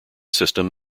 system